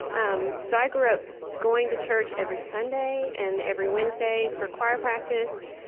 um so i grew up going to church every sunday and every wednesday for choir practice,